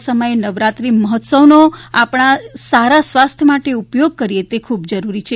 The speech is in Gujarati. આવા સમયે નવરાત્રી મહોત્સવનો આપણે સારા સ્વાસ્થ્ય માટે ઉપયોગ કરીએ તે ખૂબ જરૂરી છે